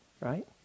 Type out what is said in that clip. right